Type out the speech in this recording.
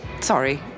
Sorry